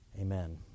Amen